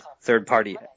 third-party